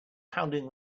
pounding